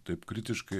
taip kritiškai